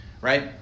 Right